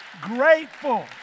grateful